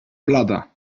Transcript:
blada